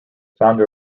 founder